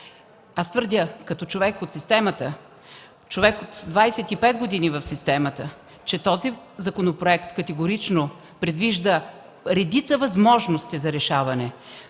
училище. Като човек от системата, от 25 години в системата, твърдя, че законопроектът категорично предвижда редица възможности за решаване.